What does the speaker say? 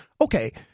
okay